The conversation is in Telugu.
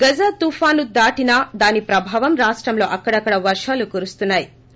గజ తుపాను దాటినా దాని ప్రభావంతో రాష్టంలోఅక్కడక్కడ వర్షాలు కురుస్తున్నా యి